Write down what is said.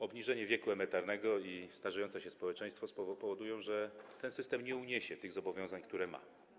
Obniżenie wieku emerytalnego i starzejące się społeczeństwo powodują, że ten system nie uniesie zobowiązań, które ma.